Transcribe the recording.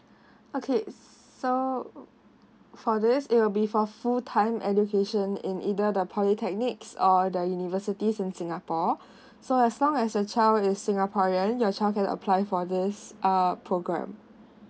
okay so for this it will be for full time education in either the polytechnics or the universities in singapore so as long as your child is singaporean your child can apply for this uh programme